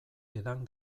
edan